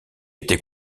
était